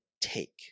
take